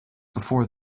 before